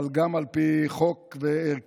אבל גם על פי חוק וערכיות.